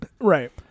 Right